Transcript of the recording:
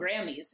Grammys